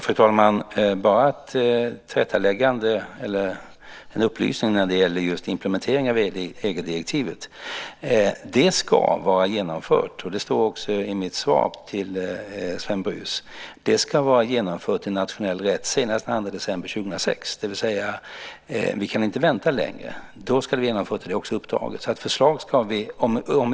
Fru talman! Jag vill bara ge en upplysning när det gäller just implementeringen av EG-direktivet. Det ska vara genomfört, och det står också i mitt svar till Sven Brus, i nationell rätt senast den 2 december 2006, det vill säga att vi inte kan vänta längre. Då ska det vara genomfört, och det är också uppdraget.